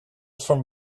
from